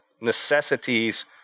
necessities